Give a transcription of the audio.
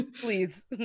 please